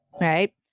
Right